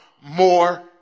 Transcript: more